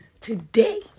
today